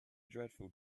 dreadful